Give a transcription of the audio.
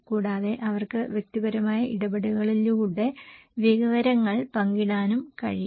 കൂടാതെ അവർക്ക് വ്യക്തിപരമായ ഇടപെടലുകളിലൂടെ വിവരങ്ങൾ പങ്കിടാനും കഴിയും